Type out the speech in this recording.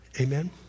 Amen